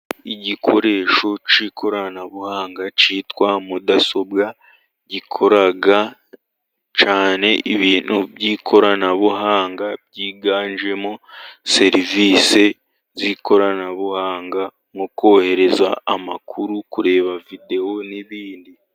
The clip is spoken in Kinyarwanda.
Igikoresho cy'ikoranabuhanga cyitwa mudasobwa, gikora cyane ibintu by'ikoranabuhanga byiganjemo serivisi z'ikoranabuhanga, nko kohereza amakuru, kureba videwo n'ibindi.